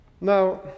Now